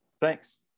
thanks